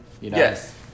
Yes